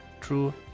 true